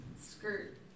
skirt